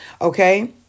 Okay